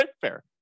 Fair